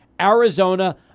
Arizona